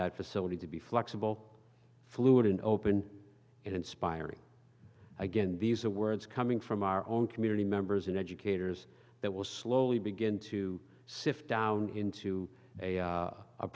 that facility to be flexible fluid and open and inspiring again these are words coming from our own community members and educators that will slowly begin to sift down into a